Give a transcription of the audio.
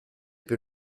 più